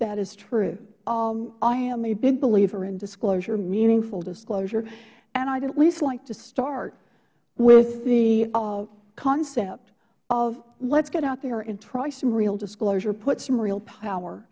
that is true i am a big believer in disclosure meaningful disclosure and i would at least like to start with the concept of let's get out there and try some real disclosure put some real power